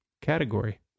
category